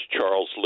Charles